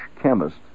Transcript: chemist